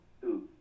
two